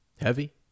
heavy